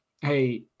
hey